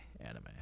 anime